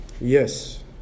Yes